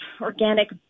organic